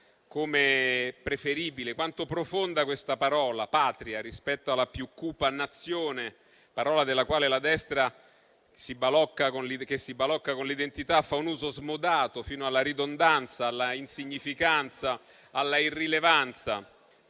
Come preferibile, quanto profonda la parola Patria è rispetto alla più cupa Nazione; parola della quale la destra, che si balocca con l'identità, fa un uso smodato fino alla ridondanza, alla insignificanza, alla irrilevanza.